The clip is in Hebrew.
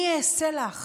אני אעשה לך